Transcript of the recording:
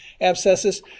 abscesses